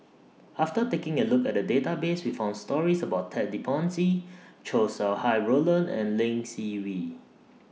after taking A Look At The Database We found stories about Ted De Ponti Chow Sau Hai Roland and Lee Seng Wee